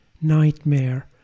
nightmare